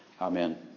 Amen